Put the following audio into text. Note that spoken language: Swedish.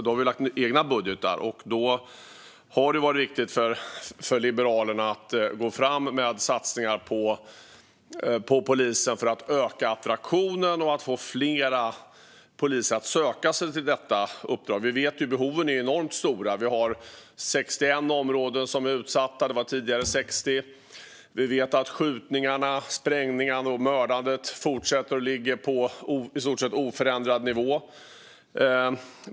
Nu har vi lagt fram egna budgetar, och då har det varit viktigt för Liberalerna att gå fram med satsningar på polisen för att öka attraktionen och få fler att söka sig till detta uppdrag. Vi vet att behoven är enormt stora. Vi har 61 områden som är utsatta; det var tidigare 60. Vi vet att skjutningarna, sprängningarna och mördandet fortsätter och ligger på i stort sett oförändrad nivå.